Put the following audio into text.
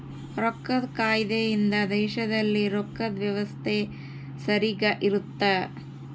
ರೊಕ್ಕದ್ ಕಾಯ್ದೆ ಇಂದ ದೇಶದಲ್ಲಿ ರೊಕ್ಕದ್ ವ್ಯವಸ್ತೆ ಸರಿಗ ಇರುತ್ತ